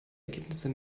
ergebnisse